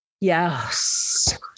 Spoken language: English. Yes